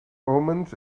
omens